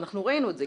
ואנחנו ראינו את זה,